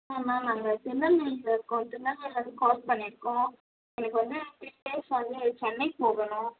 ஆ ma'am நாங்கள் திருநெல்வேலியில் இருக்கோம் திருநெல்வேலியிலேருந்து கால் பண்ணியிருக்கோம் எனக்கு வந்து த்ரீ டேஸ் வந்து சென்னை போகணும்